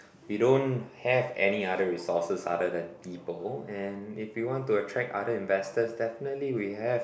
they don't have any other resources other than people and if you want to attract other investors definitely we have